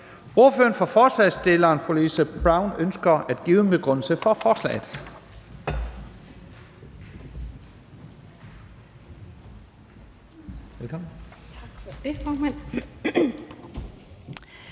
Ordføreren for forslagsstillerne, fru Louise Brown, ønsker at give en begrundelse for forslaget.